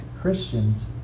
Christians